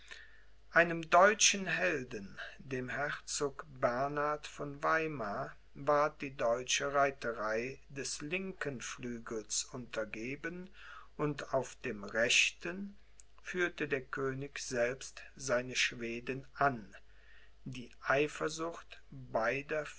einem deutschen helden dem herzog bernhard von weimar war die deutsche reiterei des linken flügels untergeben und auf dem rechten führte der könig selbst seine schweden an die eifersucht beider